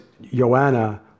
Joanna